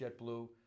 JetBlue